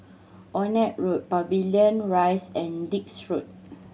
Onraet Road Pavilion Rise and Dix Road